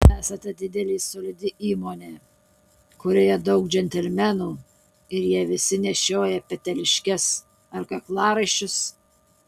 esate didelė solidi įmonė kurioje daug džentelmenų ir jie visi nešioja peteliškes ar kaklaraiščius